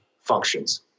functions